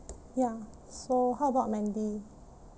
ya so how about mandy